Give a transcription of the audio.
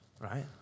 right